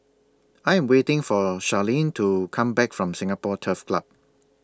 I Am waiting For Sharlene to Come Back from Singapore Turf Club